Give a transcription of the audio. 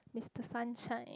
Mister sunshine